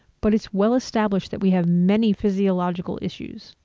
but it's well established that we have many physiological issues.